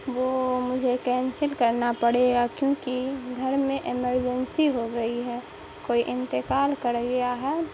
وہ مجھے کینسل کرنا پڑے گا کیونکہ گھر میں ایمرجنسی ہو گئی ہے کوئی انتقال کر گیا ہے